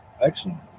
Excellent